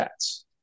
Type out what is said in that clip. stats